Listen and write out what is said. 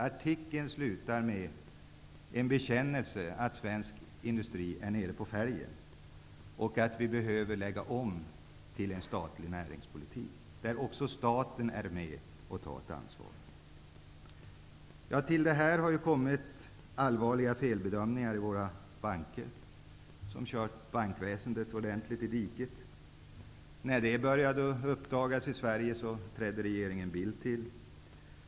Artikeln slutar med en bekännelse om att svensk industri går på fälgen, och att vi behöver lägga om till en statlig näringspolitik där också staten är med och tar ett ansvar. Till detta har kommit de allvarliga felbedömningar som gjorts i våra banker, vilka har kört bankväsendet ordentligt i diket. När detta började uppdagas i Sverige trädde regeringen Bildt till.